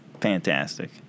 fantastic